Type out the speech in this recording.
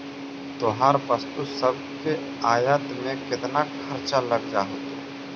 तोहर वस्तु सब के आयात में केतना खर्चा लग जा होतो?